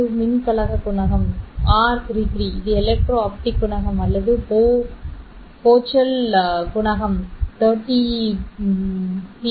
2 மின்கல குணகம் r33 இது எலக்ட்ரோ ஆப்டிக் குணகம் அல்லது போகல் செல் குணகம் 30 பி